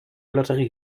lotterie